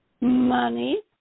money